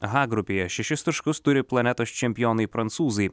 h grupėje šešis taškus turi planetos čempionai prancūzai